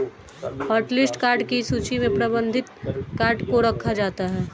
hotlist card की सूची में प्रतिबंधित कार्ड को रखा जाता है